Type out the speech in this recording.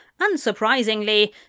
unsurprisingly